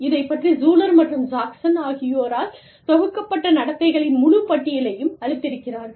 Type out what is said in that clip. இதை பற்றி ஷூலர் மற்றும் ஜாக்சன் ஆகியோரால் தொகுக்கப்பட்ட நடத்தைகளின் முழு பட்டியலையும் அளித்திருக்கிறார்கள்